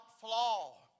flaw